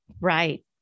Right